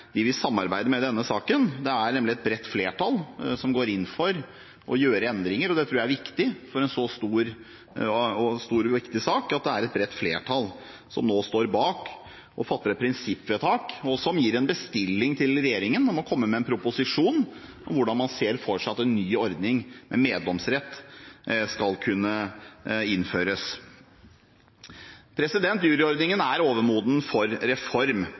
vi har samarbeidet med i denne saken. Det er nemlig et bredt flertall som går inn for å gjøre endringer, og jeg tror det er viktig i en så stor og viktig sak at det er et bredt flertall som står bak og fatter et prinsippvedtak, og som gir en bestilling til regjeringen om å komme med en proposisjon om hvordan man ser for seg at en ny ordning med meddomsrett skal kunne innføres. Juryordningen er overmoden for reform.